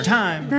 time